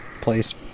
place